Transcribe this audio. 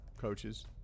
coaches